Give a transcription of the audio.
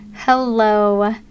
Hello